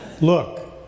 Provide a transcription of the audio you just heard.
look